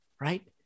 right